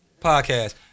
Podcast